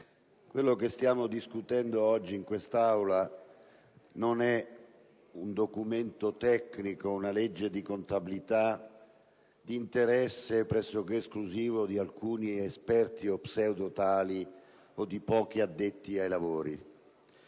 quello che stiamo discutendo oggi in quest'Aula non è un documento tecnico o una legge di contabilità di interesse pressoché esclusivo di alcuni esperti o pseudo tali o di pochi addetti ai lavori: